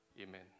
Amen